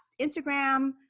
Instagram